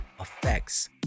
effects